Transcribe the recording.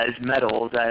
medals